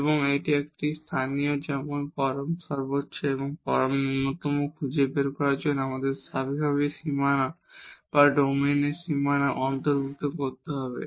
এবং এমন একটি স্থানীয় যেমন পরম সর্বোচ্চ বা পরম ন্যূনতম খুঁজে বের করার জন্য আমাদের স্বাভাবিকভাবেই সীমানা বা ডোমেনের সীমানা অন্তর্ভুক্ত করতে হবে